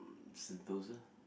Sentosa